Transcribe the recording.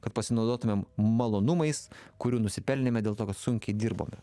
kad pasinaudotumėm malonumais kurių nusipelnėme dėl to kad sunkiai dirbome